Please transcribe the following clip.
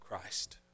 Christ